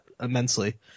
immensely